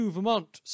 Vermont